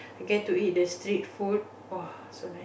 and get to eat the street food !woah! so nice